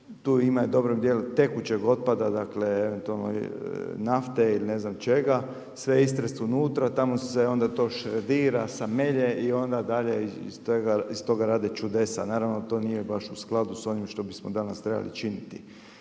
tu imam dobrim djelom i tekućeg otpada, dakle eventualno nafte ili ne znam čega, sve istresti unutra, tamo se onda to šredira, samelje i onda dalje iz toga rade čudesa. Naravno to nije baš u skladu s onim što bismo danas trebali činiti.